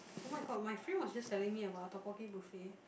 [oh]-my-god my friend was just telling me about the tteokbokki buffet